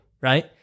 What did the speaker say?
right